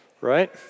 right